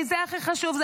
כי זה הכי חשוב.